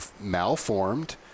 malformed